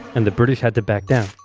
and the british had to back down.